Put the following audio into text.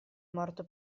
morto